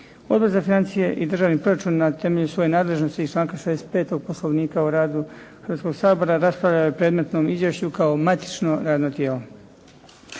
Odbor za financije i državni proračun na temelju svoje nadležnosti iz članka 65. Poslovnika o radu Hrvatskoga sabora raspravljao je o predmetnom izvješću kao matično radno tijelo.